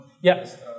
Yes